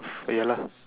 ya lah